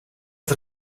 het